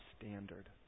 standard